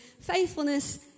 faithfulness